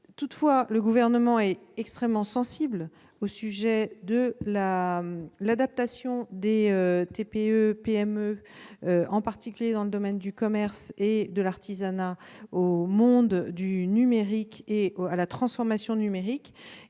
Toutefois, le Gouvernement est extrêmement sensible au sujet de l'adaptation des TPE et PME, en particulier dans le domaine du commerce et de l'artisanat, au monde du numérique et à la transformation numérique.